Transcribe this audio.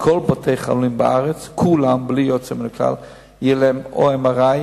שכל בתי-החולים בארץ ללא יוצא מן הכלל יהיה להם או MRI,